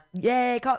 Yay